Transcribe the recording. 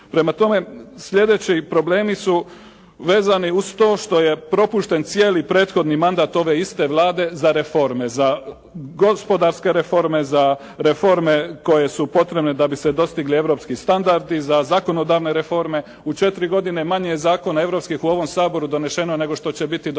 Prema tome sljedeći problemi su vezani uz to što je propušten cijeli prethodni mandat ove iste Vlade za reforme, za gospodarske reforme, za reforme koje su potrebne da bi se dostigli europski standardi, za zakonodavne reforme. U 4 godine manje je zakona europskih u ovom Saboru donešeno nego što će biti donešeno